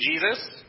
Jesus